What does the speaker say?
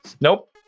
Nope